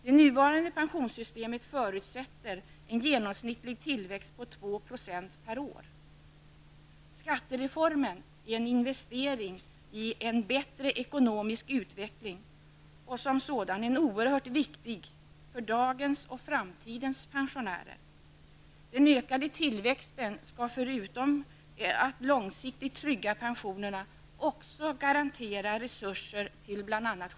Det nuvarande pensionssystemet förutsätter en genomsnittlig tillväxt på 2 % per år. Skattereformen är en investering i en bättre ekonomisk utveckling och som sådan oerhört viktig för dagens och framtidens pensionärer. Den ökade tillväxten skall förutom att långsiktigt trygga pensionerna också garantera resurser till bl.a.